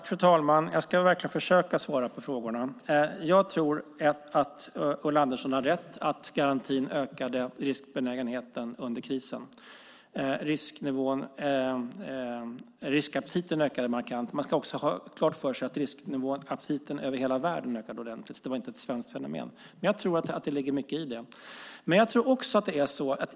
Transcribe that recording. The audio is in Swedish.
Fru talman! Jag ska verkligen försöka att svara på frågorna. Jag tror att Ulla Andersson har rätt i att stabilitetsgarantin ökade riskbenägenheten under krisen. Riskaptiten ökade markant. Man ska också ha klart för sig att riskaptiten ökade ordentligt över hela världen, så det var inte ett svenskt fenomen. Men jag tror att det ligger mycket i det.